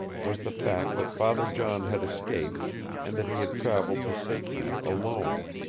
was the fact that father john had escaped and that he had traveled to safety alone.